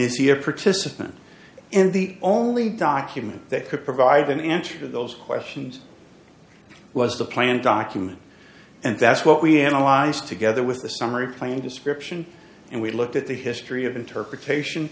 this year participant in the only document that could provide an answer those questions was the plan document and that's what we analyzed together with the summary plan description and we looked at the history of interpretation